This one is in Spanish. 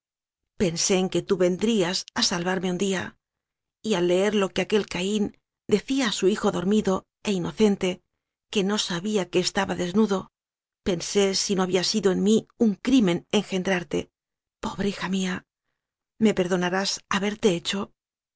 pensé en que tú vendrías a salvarme un día y al leer lo que aquel caín decía a su hijo dormido e inocente que no sabía que estaba desnudo pensé si no había sido en mí un crimen engendrarte pobre hija mía me perdonarás haberte hecho